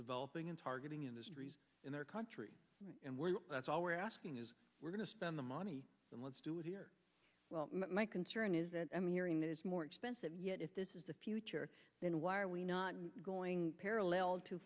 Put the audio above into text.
developing and targeting industries in their country and where that's all we're asking is we're going to spend the money and let's do it here well my concern is that i'm hearing that is more expensive yet if this is the future then why are we not going